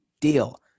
deal